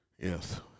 Yes